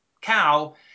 cow